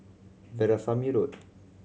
Veerasamy Road